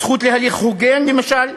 הזכות להליך הוגן, למשל,